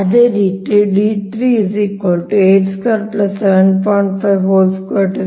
ಅದೇ ರೀತಿ d3 ಆಗಿರುತ್ತದೆ